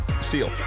Seal